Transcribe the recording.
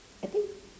I think